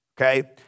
Okay